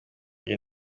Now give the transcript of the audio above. iyi